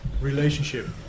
relationship